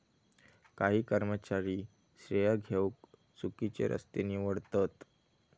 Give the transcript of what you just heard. काही कर्मचारी श्रेय घेउक चुकिचे रस्ते निवडतत